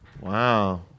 Wow